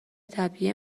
طبیعی